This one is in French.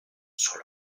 sur